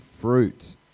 fruit